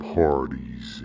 parties